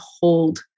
hold